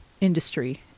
industry